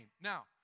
Now